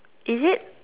is it